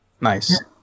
Nice